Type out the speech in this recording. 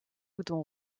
bouton